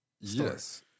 Yes